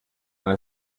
eine